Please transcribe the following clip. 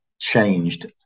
changed